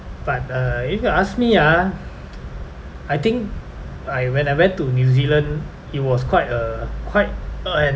but uh if you ask me ah I think I when I went to new zealand it was quite a quite an